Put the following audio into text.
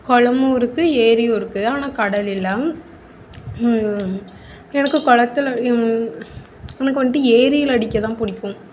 குளமு இருக்குது ஏரியும் இருக்குது ஆனால் கடல் இல்லை எனக்கு குளத்துல எனக்கு வந்துட்டு ஏரியில் அடிக்கதான் பிடிக்கும்